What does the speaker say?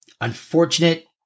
unfortunate